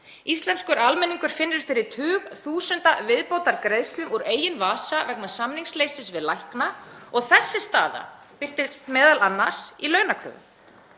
Íslenskur almenningur finnur fyrir tugþúsunda viðbótargreiðslum úr eigin vasa vegna samningsleysis við lækna og þessi staða birtist m.a. í launakröfum.